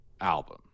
album